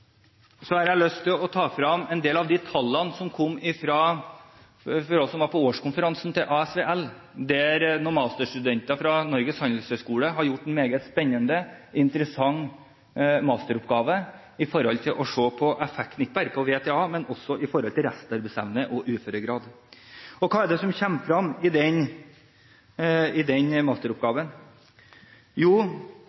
har jeg lyst til å ta frem en del av de tallene som de av oss som var på årskonferansen til Arbeidsgiverforeningen for Vekstbedrifter –ASVL – fikk, der noen masterstudenter fra Norges Handelshøyskole hadde gjort en meget spennende og interessant masteroppgave om å se på effekten ikke bare når det gjelder varig tilrettelagt arbeid – VTA – men også når det gjelder restarbeidsevne og uføregrad. Hva er det som kommer frem i den